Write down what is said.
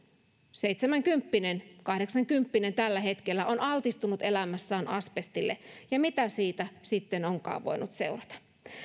seitsemänkymppinen kahdeksankymppinen on altistunut elämässään asbestille ja mitä siitä sitten onkaan voinut seurata